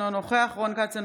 אינו נוכח רון כץ,